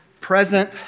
present